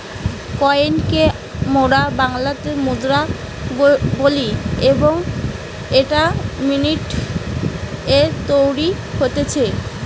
coin কে মোরা বাংলাতে মুদ্রা বলি এবং এইটা মিন্ট এ তৈরী হতিছে